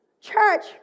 Church